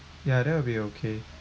ya that will be okay